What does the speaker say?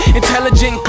intelligent